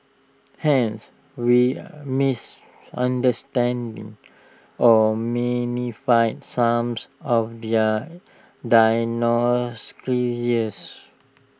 hence we misunderstand or some of their